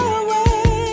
away